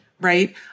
right